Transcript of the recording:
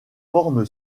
forme